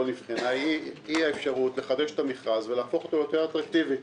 היא האפשרות לחדש את המכרז ולהפוך אותו ליותר אטרקטיבי.